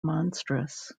monstrous